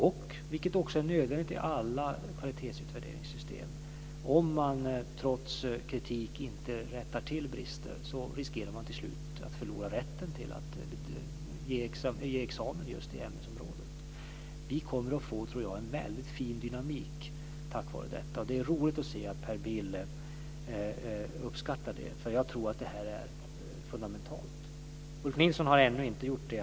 Och, vilket också är nödvändigt i alla kvalitetsutvärderingssystem, om man trots kritik inte rättar till brister riskerar man till slut att förlora rätten till att ge examen i just det ämnesområdet. Vi kommer att få en väldigt fin dynamik tack vare detta. Det är roligt att se att Per Bill uppskattar det. Jag tror att det här är fundamentalt. Ulf Nilsson har ännu inte gjort det.